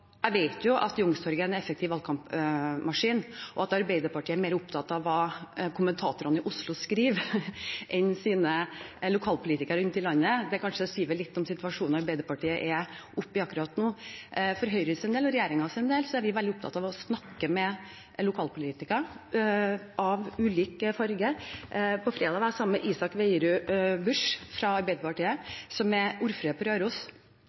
at Arbeiderpartiet er mer opptatt av hva kommentatorene i Oslo skriver, enn av sine lokalpolitikere rundt om i landet, sier vel litt om situasjonen Arbeiderpartiet er i akkurat nå. Fra Høyres og regjeringens side er vi veldig opptatt av å snakke med lokalpolitikere av ulik farge. På fredag var jeg sammen med Isak Veierud Busch fra Arbeiderpartiet, som er ordfører på Røros.